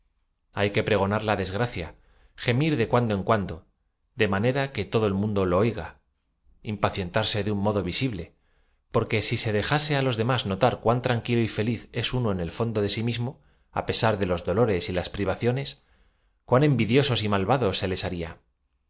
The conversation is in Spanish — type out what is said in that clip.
y que pregonar la desgracia gem ir de cuando en cuando de manera que todo el mundo lo oiga im pacientarse de un modo visible porque si se dejase i los demás notar cuán tranquilo y feliz ea uno ea el fondo de ai mismo á pesar de los dolores y las priva ciones cuán envidiosos y m alvados se les haria